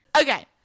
Okay